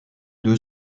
deux